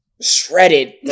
shredded